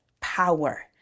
power